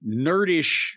nerdish